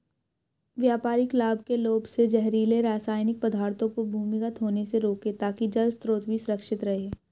व्यापारिक लाभ के लोभ से जहरीले रासायनिक पदार्थों को भूमिगत होने से रोकें ताकि जल स्रोत भी सुरक्षित रहे